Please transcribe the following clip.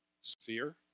sphere